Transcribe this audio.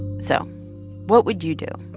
so what would you do?